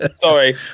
Sorry